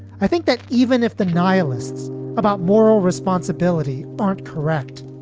i think that even if the nihilists about moral responsibility aren't correct.